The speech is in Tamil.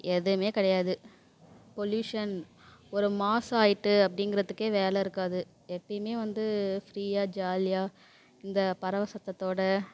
எதுவும் கிடையாது பொல்யூஷன் ஒரு மாசாயிட்டு அப்படிங்கறத்துக்கே வேலை இருக்காது எப்போயுமே வந்து ஃப்ரீயாக ஜாலியாக இந்த பறவை சத்தத்தோடய